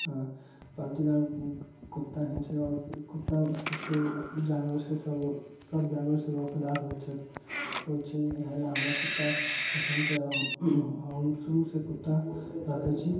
पालतू जानवर कुत्ता ही छै आओर कुत्ता सबसँ जानवर से सब सब जानवरसँ वफादार होइ छथि होइ छै इहे लए हमरा कुत्ता पसन्द छै आओर हम शुरूसँ कुत्ता रखै छी